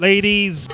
Ladies